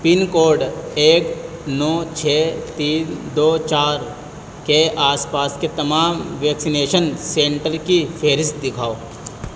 پن code ایک نو چھ تین دو چار کے آس پاس کے تمام ویکسینیشن سنٹر کی فہرست دکھاؤ